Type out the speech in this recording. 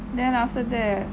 then after that